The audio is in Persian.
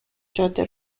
جاده